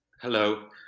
Hello